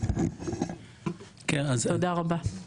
תודה רבה.